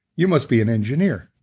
you must be an engineer.